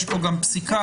יש כאן גם פסיקה,